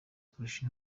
kurusha